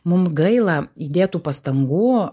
mum gaila įdėtų pastangų